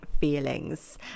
feelings